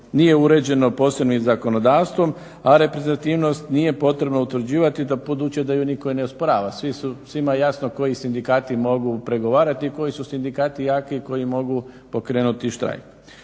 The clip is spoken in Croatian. nije uređeno posebnim zakonodavstvom a reprezentativnost nije potrebno utvrđivati budući da ju nitko ne osporava. Svima je jasno koji sindikati mogu pregovarati, koji su sindikati jaki i koji mogu pokrenuti štrajk.